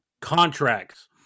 contracts